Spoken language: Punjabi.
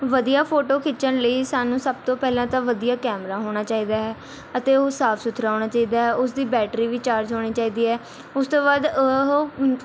ਵਧੀਆ ਫੋਟੋ ਖਿੱਚਣ ਲਈ ਸਾਨੂੰ ਸਭ ਤੋਂ ਪਹਿਲਾਂ ਤਾਂ ਵਧੀਆ ਕੈਮਰਾ ਹੋਣਾ ਚਾਹੀਦਾ ਹੈ ਅਤੇ ਉਹ ਸਾਫ ਸੁਥਰਾ ਹੋਣਾ ਚਾਹੀਦਾ ਹੈ ਉਸ ਦੀ ਬੈਟਰੀ ਵੀ ਚਾਰਜ ਹੋਣੀ ਚਾਹੀਦੀ ਹੈ ਉਸ ਤੋਂ ਬਾਅਦ ਉਹ